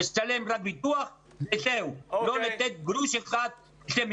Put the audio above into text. לשלם רק ביטוח, וזהו, לא לתת גרוש אחד במרמה.